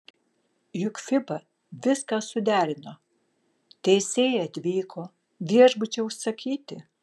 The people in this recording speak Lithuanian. juk fiba viską suderino teisėjai atvyko viešbučiai užsakyti